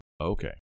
Okay